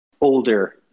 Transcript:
older